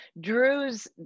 Drew's